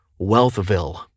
Wealthville